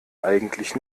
eigentlich